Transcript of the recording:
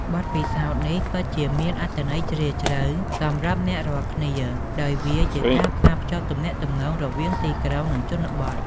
បទពិសោធន៍នេះពិតជាមានអត្ថន័យជ្រាលជ្រៅសម្រាប់អ្នករាល់គ្នា ដោយវាជាការផ្សារភ្ជាប់ទំនាក់ទំនងរវាងទីក្រុងនិងជនបទ។